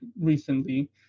recently